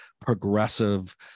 progressive